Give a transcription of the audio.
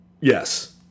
Yes